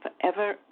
forever